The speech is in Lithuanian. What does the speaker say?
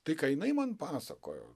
tai ką jinai man pasakojo